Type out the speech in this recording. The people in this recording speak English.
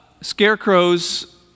scarecrows